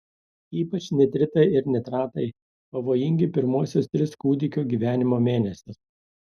ypač nitritai ir nitratai pavojingi pirmuosius tris kūdikio gyvenimo mėnesius